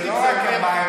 זה לא רק המים,